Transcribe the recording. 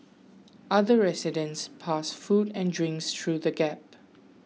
other residents passed food and drinks through the gap